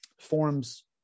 forms